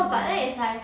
mm